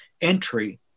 entry